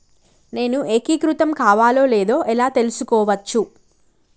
నేను ఏకీకృతం కావాలో లేదో ఎలా తెలుసుకోవచ్చు?